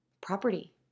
property